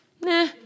Nah